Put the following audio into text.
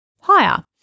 higher